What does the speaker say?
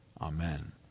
Amen